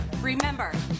Remember